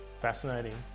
Fascinating